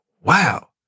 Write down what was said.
wow